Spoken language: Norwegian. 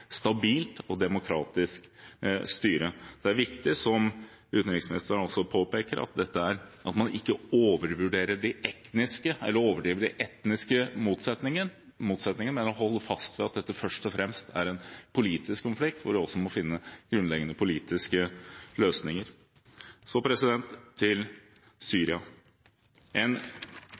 stabilt og demokratisk styre. Det er viktig, som utenriksministeren påpeker, at man ikke overdriver de etniske motsetningene, men holder fast ved at dette først og fremst er en politisk konflikt, hvor vi også må finne grunnleggende politiske løsninger. Så til Syria – en